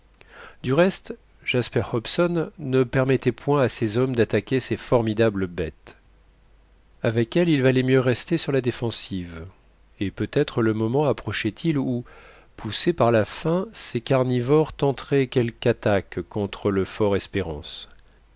du reste jasper hobson ne permettait point à ses hommes d'attaquer ces formidables bêtes avec elles il valait mieux rester sur la défensive et peut-être le moment approchaitil où poussés par la faim ces carnivores tenteraient quelque attaque contre le